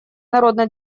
народно